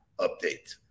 update